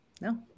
no